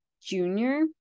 junior